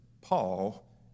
Paul